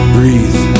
Breathe